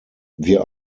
wir